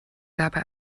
dabei